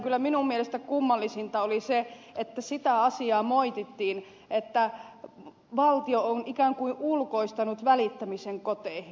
nimittäin minun mielestäni kyllä kummallisinta oli se että sitä asiaa moitittiin että valtio on ikään kuin ulkoistanut välittämisen koteihin